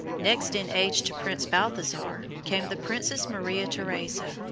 next in age to prince balthasar came the princess maria theresa,